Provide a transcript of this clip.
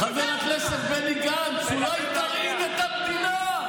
חבר הכנסת בני גנץ, אולי תרעיד את המדינה,